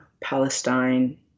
Palestine